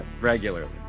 Regularly